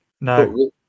No